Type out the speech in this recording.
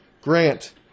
Grant